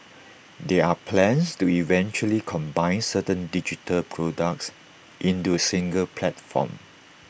there are plans to eventually combine certain digital products into A single platform